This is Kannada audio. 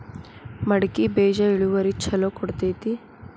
ಮಡಕಿ ಬೇಜ ಇಳುವರಿ ಛಲೋ ಕೊಡ್ತೆತಿ?